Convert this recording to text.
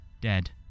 dead